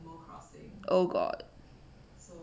oh god